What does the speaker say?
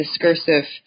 discursive